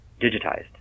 digitized